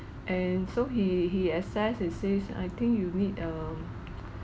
and so he he assess he says I think you need um